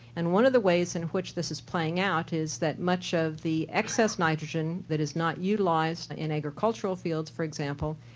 and one of the ways in which this is playing out is that much of the excess nitrogen that is not utilised like and in agricultural fields, for example,